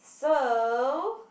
so